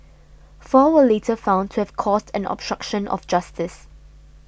four were later found to have caused an obstruction of justice